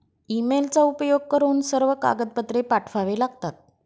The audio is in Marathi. ईमेलचा उपयोग करून सर्व कागदपत्रे पाठवावे लागतात